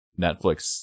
Netflix